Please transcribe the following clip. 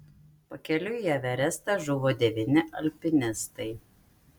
pakeliui į everestą žuvo devyni alpinistai